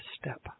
step